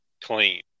Clean